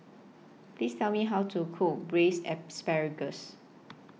Please Tell Me How to Cook Braised Asparagus